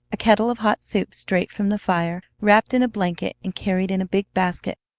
a kettle of hot soup straight from the fire, wrapped in a blanket and carried in a big basket,